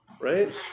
right